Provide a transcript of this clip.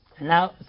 Now